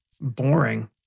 boring